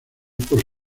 por